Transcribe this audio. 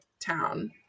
town